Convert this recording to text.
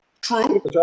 True